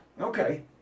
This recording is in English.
Okay